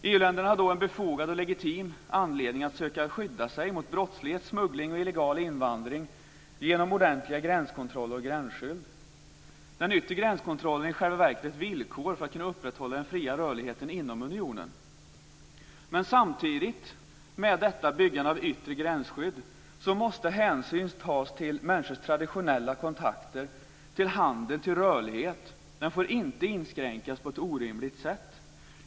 EU-länderna har då en befogad och legitim anledning att söka skydda sig mot brottslighet, smuggling och illegal invandring genom ordentliga gränskontroller och gränsskydd. Den yttre gränskontrollen är i själva verket ett villkor för att kunna upprätthålla den fria rörligheten inom unionen. Samtidigt med byggandet av yttre gränsskydd måste hänsyn tas till människors traditionella kontakter, handel och rörlighet. Den får inte inskränkas på ett orimligt sätt.